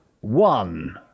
one